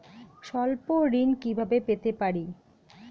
স্বল্প ঋণ কিভাবে পেতে পারি?